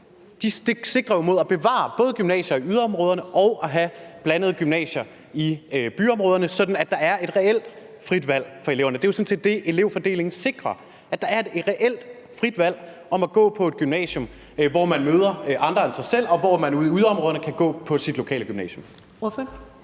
Den sigter jo mod både at bevare gymnasier i yderområderne og have blandede gymnasier i byområderne, sådan at der er et reelt frit valg for eleverne. Det er jo sådan set det, elevfordelingen sikrer, nemlig at der er et reelt frit valg til at gå på et gymnasium, hvor man møder andre, der ikke ligner en selv, og hvor man ude i yderområderne kan gå på sit lokale gymnasium.